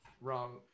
Wrong